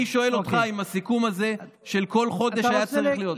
אני שואל אותך אם הסיכום הזה של כל חודש היה צריך להיות.